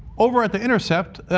over at the intercept,